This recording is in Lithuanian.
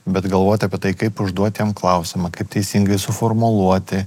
bet galvoti apie tai kaip užduoti jam klausimą kaip teisingai suformuluoti